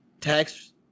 tax